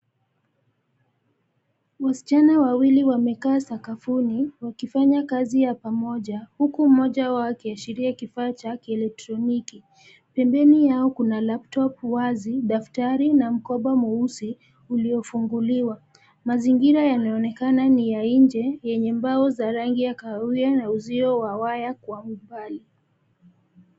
Wasichana wawili wamekaa sakafuni wakifanya kazi ya pamoja huku mmoja wao akiashiria kifaa cha kieletroniki. Pembeni yao kuna laptop wazi daftari na mkoba mweusi uliofunguliwa. Mazingira yanayoonekana ni ya nje yenye mbao za rangi ya kahawia na uzio wa waya kwa umbali.